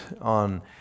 on